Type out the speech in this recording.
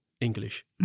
English